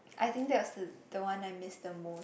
I think that was the the one I miss the most